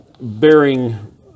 bearing